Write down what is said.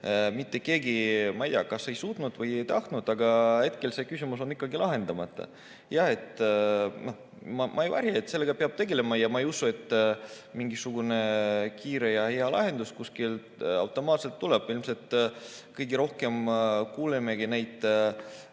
mitte keegi, ma ei tea, kas ei suutnud või ei tahtnud, aga hetkel on see küsimus ikkagi lahendamata. Ma ei varja, et sellega peab tegelema, ja ma ei usu, et mingisugune kiire ja hea lahendus automaatselt kuskilt tuleb. Ilmselt kõige rohkem kuulemegi nendest